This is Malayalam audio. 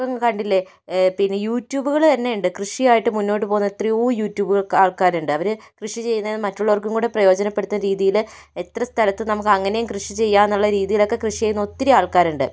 ഇപ്പം കണ്ടില്ലേ പിന്നെ യൂട്യൂബുകൾ തന്നെയുണ്ട് കൃഷിയായിട്ട് മുന്നോട്ട്പോവുന്ന എത്രയോ യൂട്യൂബ് ആൾക്കാരുണ്ട് അവര് കൃഷിചെയ്യുന്ന മറ്റുള്ളവർക്കും കൂടെ പ്രയോജനപ്പെടുത്തുന്ന രീതിയില് എത്ര സ്ഥലത്ത് നമുക്ക് അങ്ങനെ കൃഷിചെയ്യാം എന്ന രീതിയിലൊക്കെ കൃഷിചെയ്യുന്ന ഒത്തിരി ആൾക്കാരുണ്ട്